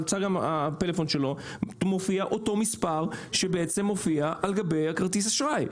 על צג הפלאפון שלו מופיע אותו מספר שבעצם מופיע על גבי כרטיס האשראי.